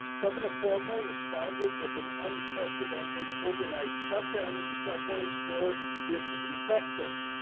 governor cuomo responded with an unprecedented overnight shutdown of the subways for disinfecting.